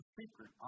secret